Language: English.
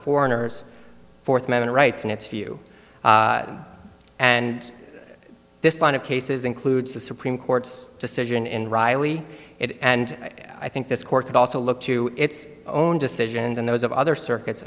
foreigners fourth amendment rights in its view and this line of cases includes the supreme court's decision in reilly it and i think this court could also look to its own decisions and those of other circuits